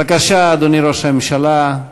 בבקשה, אדוני ראש הממשלה,